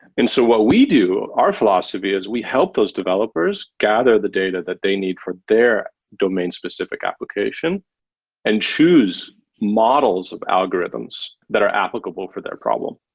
and so what we do, our philosophy, is we help those developers gather the data that they need for their domain-specific application and choose models of algorithms that are applicable for their problem.